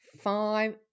five